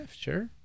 Sure